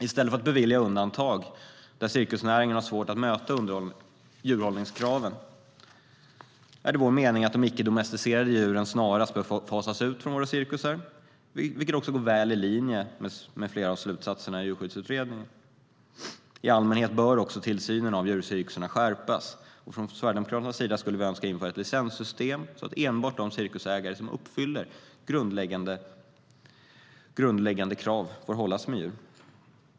I stället för att bevilja undantag där cirkusnäringen har svårt att möta djurhållningskraven är det vår mening att de icke-domesticerade djuren snarast bör fasas ut från våra cirkusar. Det går också väl i linje med flera av slutsatserna i Djurskyddslagsutredningen.I allmänhet bör också tillsynen av djurcirkusarna skärpas. Från Sverigedemokraternas sida skulle vi önska att ett licenssystem infördes så att enbart de cirkusägare som uppfyller grundläggande krav får hålla djur.